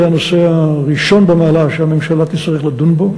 זה הנושא הראשון במעלה שהממשלה תצטרך לדון בו.